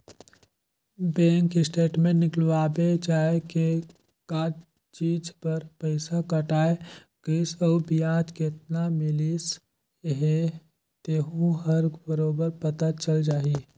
bank statement निकलवाबे जाये के का चीच बर पइसा कटाय गइसे अउ बियाज केतना मिलिस हे तेहू हर बरोबर पता चल जाही